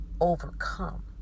overcome